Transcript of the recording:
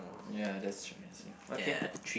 ya that's true as well okay